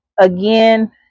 again